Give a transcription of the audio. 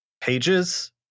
pages